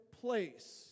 place